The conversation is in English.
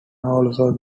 also